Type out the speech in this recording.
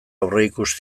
aurreikus